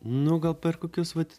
nu gal per kokius vat